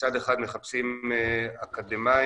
מצד אחד מחפשים אקדמאים,